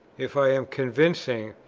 if i am convincing,